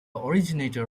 originator